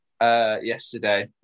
yesterday